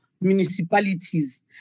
municipalities